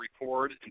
record